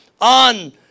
on